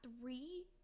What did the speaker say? three